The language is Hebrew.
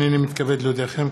הינני מתכבד להודיעכם,